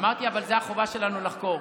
אמרתי: אבל זו החובה שלנו לחקור.